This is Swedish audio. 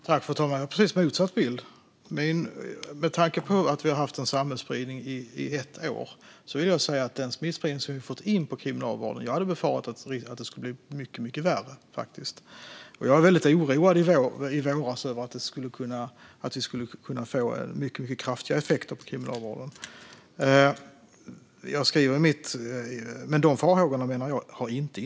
Fru talman! Jag har precis motsatt bild. Med tanke på att vi har haft en samhällsspridning i ett år vill jag säga att när det gäller den smittspridning som har skett i kriminalvården hade jag faktiskt befarat att det skulle bli mycket värre. Jag var väldigt oroad i våras över att det skulle kunna bli en mycket kraftigare effekt i kriminalvården. Men jag menar att dessa farhågor inte har besannats.